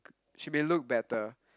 she may look better